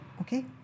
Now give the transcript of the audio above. okay